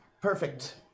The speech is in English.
Perfect